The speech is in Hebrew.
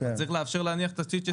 צריך לאפשר להניח תשתית של סיבים.